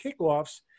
kickoffs